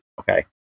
Okay